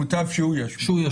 מוטב שהוא ישמיע.